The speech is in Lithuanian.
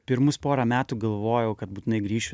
pirmus porą metų galvojau kad būtinai grįšiu